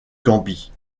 gambie